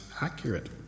accurate